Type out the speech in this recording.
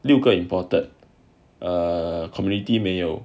六个 imported err community 没有